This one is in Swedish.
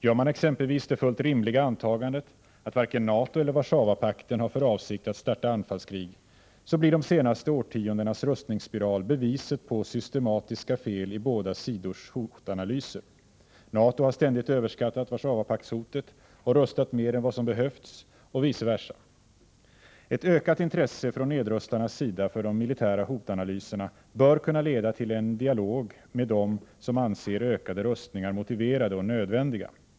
Gör man exempelvis det fullt rimliga antagandet att varken NATO eller Warszawapakten har för avsikt att starta anfallskrig, blir de senaste årtiondenas rustningsspiral beviset på systematiska fel i båda sidors hotanalyser. NATO har ständigt överskattat WP-hotet och rustat mer än vad som behövs och vice versa. Ett ökat intresse från nedrustarnas sida för de militära hotanalyserna bör kunna leda till en dialog med dem som anser ökade rustningar motiverade och nödvändiga.